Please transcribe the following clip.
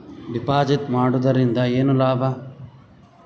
Deposit ಮಾಡುದರಿಂದ ಏನು ಲಾಭ?